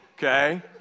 Okay